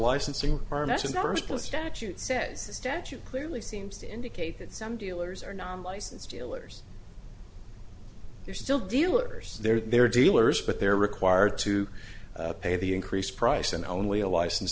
licensing statute says the statute clearly seems to indicate that some dealers are non licensed fillers they're still dealers there they're dealers but they're required to pay the increased price and only a license